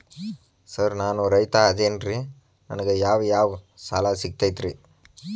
Sir ನಾನು ರೈತ ಅದೆನ್ರಿ ನನಗ ಯಾವ್ ಯಾವ್ ಸಾಲಾ ಸಿಗ್ತೈತ್ರಿ?